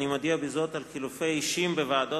אני מודיע בזאת על חילופי אישים בוועדות,